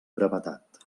brevetat